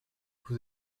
vous